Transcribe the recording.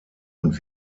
und